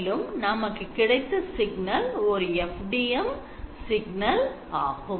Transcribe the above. மேலும் நமக்கு கிடைத்த சிக்னல் ஓர் FDM சிக்னல் ஆகும்